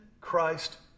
Christ